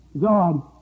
God